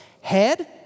Head